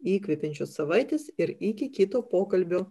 įkvepiančios savaitės ir iki kito pokalbio